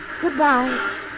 Goodbye